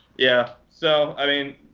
yeah, so, i mean,